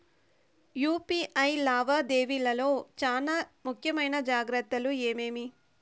UPI లావాదేవీల లో చానా ముఖ్యమైన జాగ్రత్తలు ఏమేమి?